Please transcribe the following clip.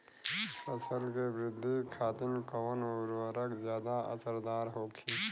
फसल के वृद्धि खातिन कवन उर्वरक ज्यादा असरदार होखि?